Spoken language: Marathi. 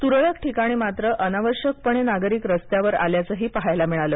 तुरळक ठिकाणी मात्र अनावश्यकपणे नागरिक रस्त्यावर आल्याचंही पाहायला मिळालं